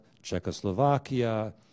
Czechoslovakia